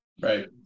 Right